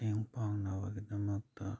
ꯃꯇꯦꯡ ꯄꯥꯡꯅꯕꯒꯤꯗꯃꯛꯇ